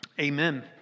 Amen